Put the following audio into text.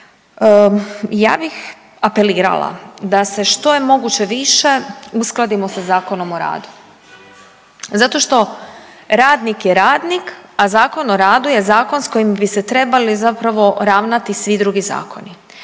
ja bih apelirala da je što se moguće više uskladimo sa Zakonom o radu. Zato što radnik je radnik, a Zakon o radu je zakon s kojim bi se trebali zapravo ravnati svi drugi zakoni.